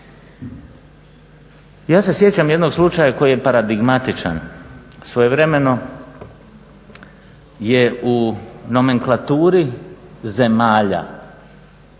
Ja se sjećam jednog slučaja koji je paradigmatičan, svojevremeno je u nomenklaturi zemalja